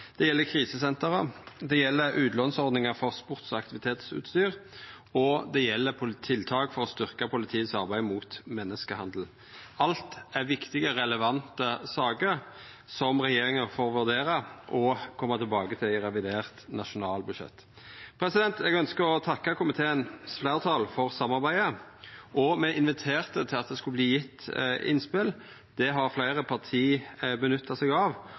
Det gjeld krisesentera. Det gjeld utlånsordninga for sports- og aktivitetsutstyr, og det gjeld tiltak for å styrkja politiets arbeid mot menneskehandel. Alt er viktige og relevante saker som regjeringa får vurdera og koma tilbake til i revidert nasjonalbudsjett. Eg ønskjer å takka komitéfleirtalet for samarbeidet. Me inviterte til at det skulle verta gjeve innspel. Det har fleire parti nytta seg av,